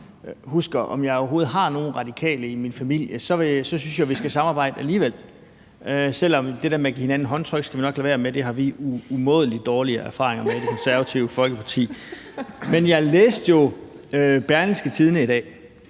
husker, om jeg overhovedet har nogen radikale i min familie, så synes jeg alligevel, at vi skal samarbejde – selv om vi nok skal lade være med at give hinanden håndtryk; det har vi umådelig dårlige erfaringer med i Det Konservative Folkeparti. Men jeg læste jo Berlingske i dag,